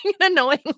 annoying